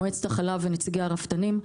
מועצת החלב ונציגי הרפתנים.